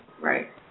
Right